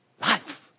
life